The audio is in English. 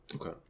Okay